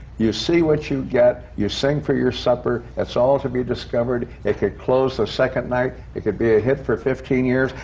you see what you get, you sing for your supper, it's all to be discovered. it could close the second night. it could be a hit for fifteen years.